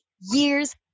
years